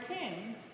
king